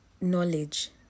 knowledge